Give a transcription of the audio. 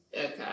okay